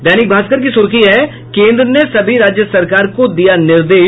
दैनिक भास्कर की सुर्खी है केंद्र ने सभी राज्य सरकार को दिया निर्देश